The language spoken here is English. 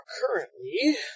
currently